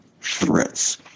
threats